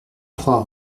trois